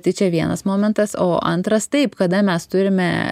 tai čia vienas momentas o antras taip kada mes turime